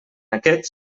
aquest